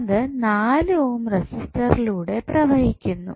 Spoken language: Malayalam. അത് 4 ഓം റെസിസ്റ്ററിലൂടെ പ്രവഹിക്കുന്നു